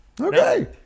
okay